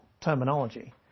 terminology